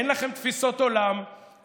אין לכם תפיסות עולם,